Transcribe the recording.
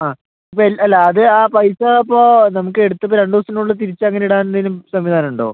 ആ ഇപ്പോൾ അല്ല അത് ആ പൈസ അപ്പം നമുക്ക് എടുത്ത് ഇപ്പം രണ്ട് ദിവസത്തിന് ഉള്ളിൽ തിരിച്ച് അങ്ങനെ ഇടാൻ എന്തെങ്കിലും സംവിധാനം ഉണ്ടോ